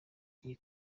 ngiye